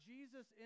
Jesus